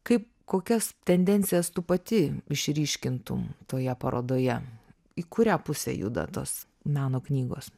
kaip kokias tendencijas tu pati išryškintum toje parodoje į kurią pusę juda tos meno knygos